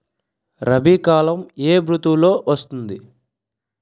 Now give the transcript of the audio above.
రబీ కాలం ఏ ఋతువులో వస్తుంది?